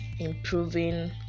improving